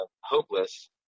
hopeless